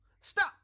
stop